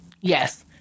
yes